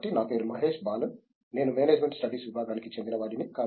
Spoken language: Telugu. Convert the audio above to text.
కాబట్టి నా పేరు మహేష్ బాలన్ నేను మేనేజ్మెంట్ స్టడీస్ విభాగానికి చెందినవాడిని